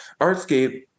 Artscape